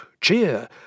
cheer